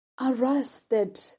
arrested